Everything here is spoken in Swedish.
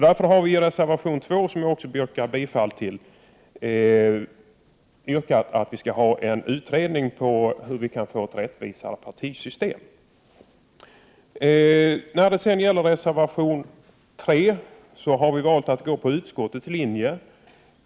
Därför har vi i reservation 2 yrkat på en utredning om hur man skall få ett rättvisare stödsystem. Jag yrkar bifall till den reservationen. I reservation 3 har vi valt att följa utskottsmajoritetens linje.